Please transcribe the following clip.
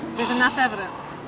there's enough evidence?